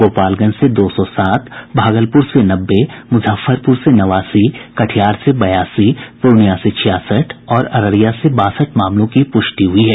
गोपालगंज से दो सौ सात भागलपुर से नब्बे मुजफ्फरपुर से नवासी कटिहार से बयासी पूर्णिया से छियासठ और अररिया से बासठ मामलों की पुष्टि हुई है